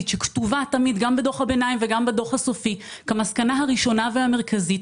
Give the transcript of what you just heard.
שכתובה תמיד גם בדוח הביניים וגם בדוח הסופי כמסקנה הראשונה והמרכזית,